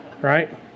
Right